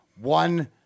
one